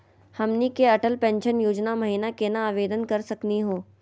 हमनी के अटल पेंसन योजना महिना केना आवेदन करे सकनी हो?